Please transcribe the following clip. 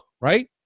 right